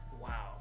wow